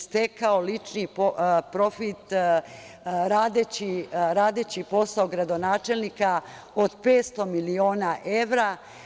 Stekao je lični profit radeći posao gradonačelnika od 500 miliona evra.